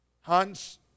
Hans